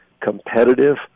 competitive